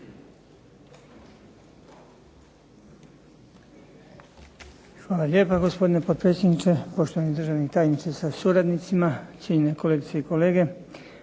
Hvala lijepo gospodine potpredsjedniče, državni tajniče sa suradnicima, kolegice i kolege.